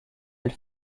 elle